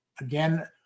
again